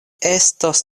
estos